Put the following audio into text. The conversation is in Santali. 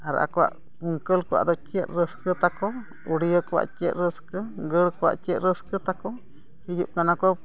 ᱟᱨ ᱟᱠᱚᱣᱟᱜ ᱠᱩᱝᱠᱟᱹᱞ ᱠᱚᱣᱟᱜ ᱫᱚ ᱪᱮᱫ ᱨᱟᱹᱥᱠᱟᱹ ᱛᱟᱠᱚ ᱩᱰᱤᱭᱟ ᱠᱚᱣᱟᱜ ᱪᱮᱫ ᱨᱟᱹᱥᱠᱟᱹ ᱜᱟᱹᱲ ᱠᱚᱣᱟᱜ ᱪᱮᱫ ᱨᱟᱹᱥᱠᱟᱹ ᱛᱟᱠᱚ ᱦᱤᱡᱩᱜ ᱠᱟᱱᱟ ᱠᱚ